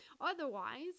Otherwise